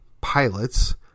pilots